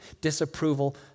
disapproval